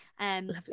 lovely